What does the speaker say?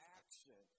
action